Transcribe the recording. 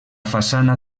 façana